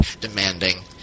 demanding